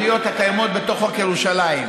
אני עכשיו בתפקיד של היושב-ראש,